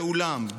ואולם,